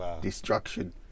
destruction